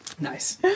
Nice